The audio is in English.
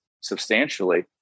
substantially